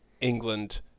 England